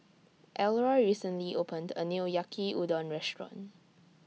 Elroy recently opened A New Yaki Udon Restaurant